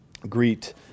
greet